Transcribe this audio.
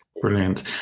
Brilliant